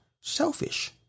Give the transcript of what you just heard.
selfish